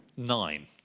nine